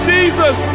Jesus